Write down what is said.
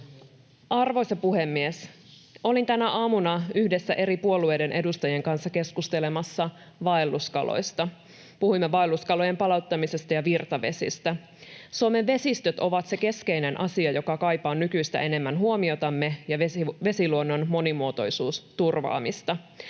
Arvoisa puhemies! Olin tänä aamuna yhdessä eri puolueiden edustajien kanssa keskustelemassa vaelluskaloista. Puhuimme vaelluskalojen palauttamisesta ja virtavesistä. Suomen vesistöt ovat se keskeinen asia, joka kaipaa nykyistä enemmän huomiotamme, vesiluonnon monimuotoisuus turvaamista.